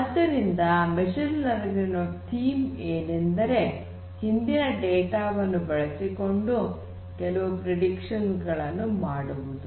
ಆದ್ದರಿಂದ machine learning ನ theme ಏನೆಂದರೆ ಹಿಂದಿನ ಡೇಟಾ ವನ್ನು ಬಳಸಿಕೊಂಡು ಕೆಲವು ಪ್ರೆಡಿಕ್ಷನ್ಸ್ ಗಳನ್ನು ಮಾಡುವುದು